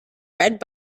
red